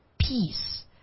peace